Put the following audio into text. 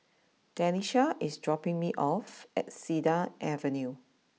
Denisha is dropping me off at Cedar Avenue